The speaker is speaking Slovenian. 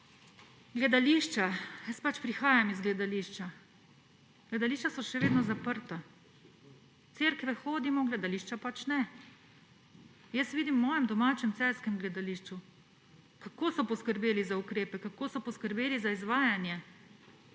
gledališča. Jaz pač prihajam iz gledališča. Gledališča so še vedno zaprta. V cerkve hodimo, v gledališča pač ne. Jaz vidim v svojem domačem celjskem gledališču, kako so poskrbeli za ukrepe, kako so poskrbeli za izvajanje,